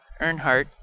Earnhardt